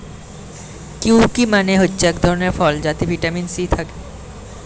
kiwi মানে হচ্ছে এক ধরণের ফল যাতে ভিটামিন সি থাকে